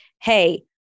hey